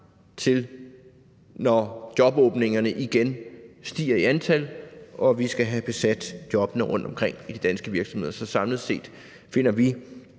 det, når jobåbningerne igen stiger i antal, og vi skal have besat jobbene rundtomkring i de danske virksomheder. Så samlet set finder vi,